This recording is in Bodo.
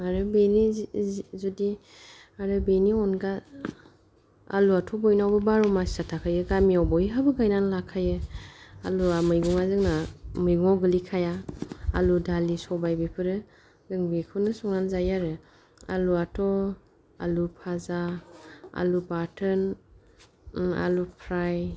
आरो बेनि जुदि आरो बेनि अनगा आलुआथ' बयनावबो बार' माससो थाखायो गामियाव बयहाबो गायनानै लाखायो आलुआ मैगंआ जोंना मैगंआव गोलैखाया आलु दालि सबाय बेफोरो जों बेखौनो संनानै जायो आरो आलुआथ' आलु फाजा आलु बाथोन ओम आलु फ्राय